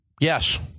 Yes